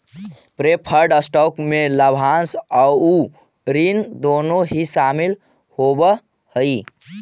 preferred stock में लाभांश आउ ऋण दोनों ही शामिल होवऽ हई